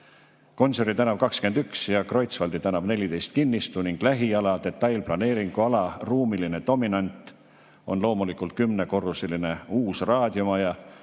Gonsiori tänav 21 ja Kreutzwaldi tänav 14 kinnistu ning lähiala detailplaneeringu ala ruumiline dominant on loomulikult 10‑korruseline uus raadiomaja,